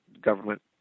government